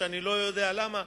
שאני לא יודע למה,